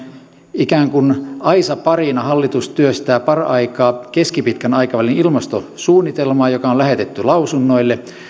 ikään kuin aisaparina hallitus työstää paraikaa keskipitkän aikavälin ilmastosuunnitelmaa joka on lähetetty lausunnoille